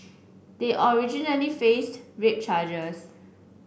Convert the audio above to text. they originally faced rape charges